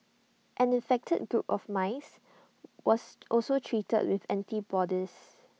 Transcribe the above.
an infected group of mice was also treated with antibodies